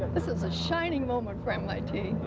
this is a shining moment for mit,